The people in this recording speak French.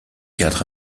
cadre